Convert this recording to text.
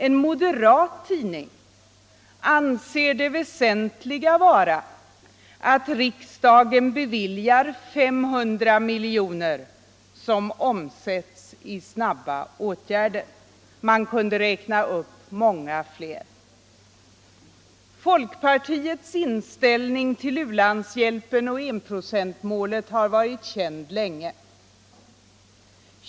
En moderat tidning 27 anser det väsentliga vara att riksdagen beviljar 500 miljoner, som omsätts i snabba åtgärder. Man kunde räkna upp många fler sådana exempel. Folkpartiets inställning till u-landshjälpen och enprocentsmålet har varit känd länge.